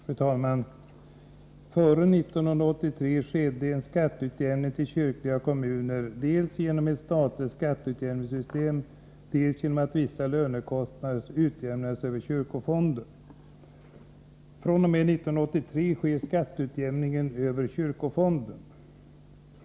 Fru talman! Före 1983 skedde en skatteutjämning till kyrkliga kommuner dels genom ett statligt skatteutjämningssystem, dels genom att vissa lönekostnader utjämnades över kyrkofonden. fr.o.m. 1983 sker skatteutjämningen över kyrkofonden.